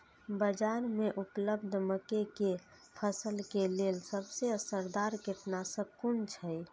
बाज़ार में उपलब्ध मके के फसल के लेल सबसे असरदार कीटनाशक कुन छै?